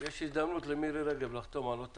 יש הזדמנות למירי רגב לחתום על עוד תקנות.